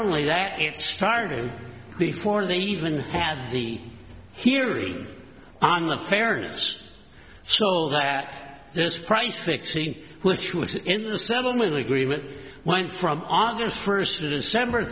only that it started before they even had the hearing on the fairness so that this price fixing which was in the settlement agreement went from august first of december